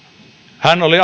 hän oli